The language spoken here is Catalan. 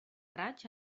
raig